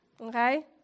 Okay